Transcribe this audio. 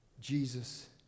Jesus